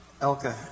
Elka